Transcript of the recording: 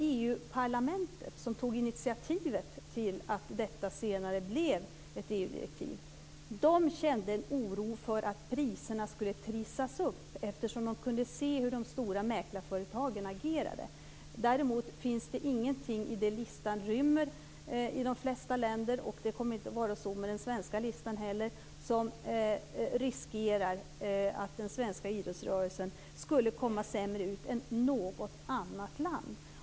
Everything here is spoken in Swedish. EU-parlamentet, som tog initiativet till att detta senare blev ett EU-direktiv, kände en oro för att priserna skulle trissas upp eftersom man kunde se hur de stora mäklarföretagen agerade. Däremot finns det ingenting i det listan rymmer i de flesta länder - och det kommer inte att vara så med den svenska listan heller - som gör att den svenska idrottsrörelsen riskerar att komma sämre ut än något annat land.